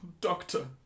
Doctor